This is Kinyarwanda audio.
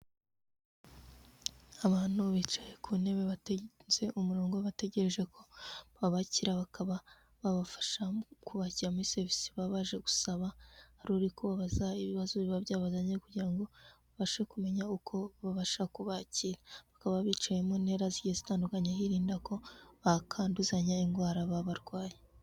Abantu bicaye ku ntebe bategeze umurongo bategereje ko babakira bakaba babafasha kubakira muri serivisi baba baje gusaba, hari uri kubabaza ibibazo biba byabazanye kugira ngo babashe kumenya uko babasha kubakira, bakaba bicaye mu ntera zigiye zitandukanye birinda ko bakanduzanya indwara baba barwaye.